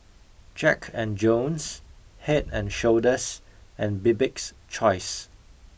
Jack and Jones Head and Shoulders and Bibik's Choice